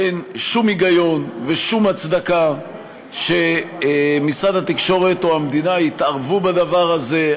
אין שום היגיון ושום הצדקה שמשרד התקשורת או המדינה יתערבו בדבר הזה.